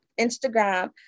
Instagram